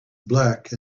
black